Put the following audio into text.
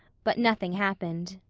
but nothing happened.